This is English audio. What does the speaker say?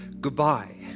goodbye